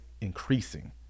increasing